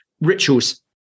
Rituals